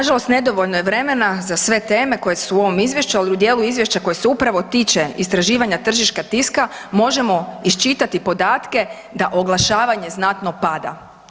Nažalost nedovoljno je vremena za sve teme koje su u ovom izvješću, ali u djelu izvješća koji se upravo tiče istraživanja tržišnog tiska, možemo iščitati podatke da oglašavanje znatno pada.